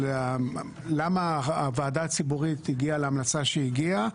למה הוועדה הציבורית הגיעה להמלצה שהיא הגיעה,